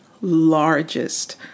largest